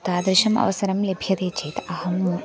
तादृशः अवसरः लभ्यते चेत् अहं